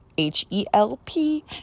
h-e-l-p